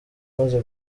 amaze